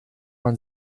man